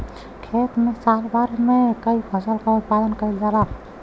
खेत में साल भर में कई फसल क उत्पादन कईल जाला